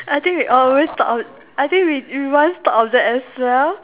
I think we always thought I think we we once thought of that as well